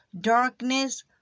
darkness